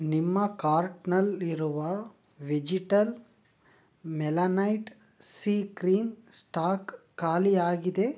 ನಿಮ್ಮ ಕಾರ್ಟ್ನಲ್ಲಿ ಇರುವ vegetal melanite C cream stock ಖಾಲಿಯಾಗಿದೆ